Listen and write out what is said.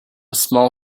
small